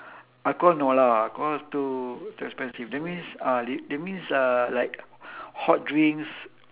alcohol no lah alcohol too too expensive that means uh that that means uh like hot drinks